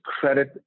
credit